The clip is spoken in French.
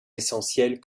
essentielles